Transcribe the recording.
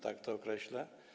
Tak to określę.